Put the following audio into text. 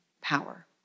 power